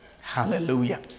Hallelujah